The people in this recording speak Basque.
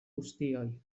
guztioi